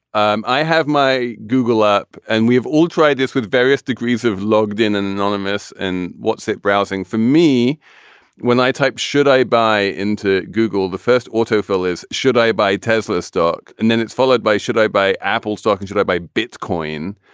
um i have my google up and we've all tried this with various degrees of logged in and anonymous. and what's it browsing for me when i type? should i buy into google? the first autofill is should i buy tesla's stock? and then it's followed by should i buy apple stalking? should i buy bitcoin?